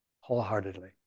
wholeheartedly